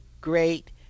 great